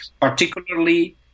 particularly